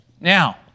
Now